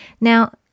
Now